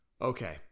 Okay